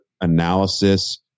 analysis